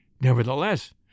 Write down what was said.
Nevertheless